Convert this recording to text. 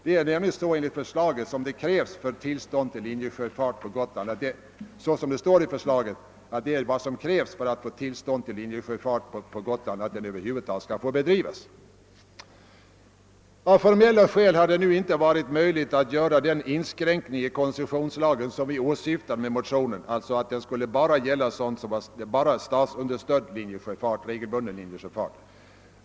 Det är nämligen detta som enligt förslaget krävs för tillstånd till linjesjöfart på Gotland. Av formella skäl har det inte varit möjligt att göra den inskränkning i koncessionslagen som vi åsyftar i motionen, alltså att lagen bara skulle gälla statsunderstödd regelbunden linjesjöfart.